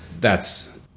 thats